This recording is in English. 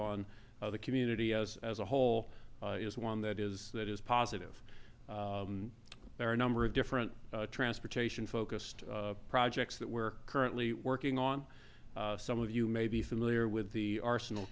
on other community as a whole is one that is that is positive there are a number of different transportation focused projects that we're currently working on some of you may be familiar with the arsenal